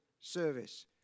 service